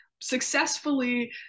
successfully